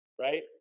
right